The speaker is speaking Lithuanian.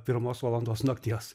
pirmos valandos nakties